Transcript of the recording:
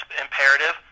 imperative